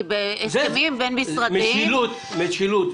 בהסכמים בין משרדיים --- משילות,